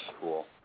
Cool